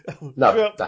No